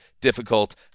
difficult